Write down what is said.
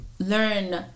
learn